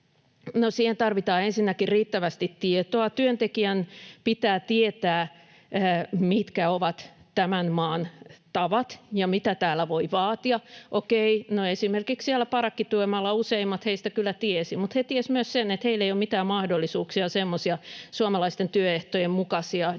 Siihen tarvitaan ensinnäkin riittävästi tietoa. Työntekijän pitää tietää, mitkä ovat tämän maan tavat ja mitä täällä voi vaatia. Okei, no esimerkiksi siellä parakkityömaalla useimmat heistä kyllä tiesivät, mutta he tiesivät myös sen, että heillä ei ole mitään mahdollisuuksia semmoisia suomalaisten työehtojen mukaisia diilejä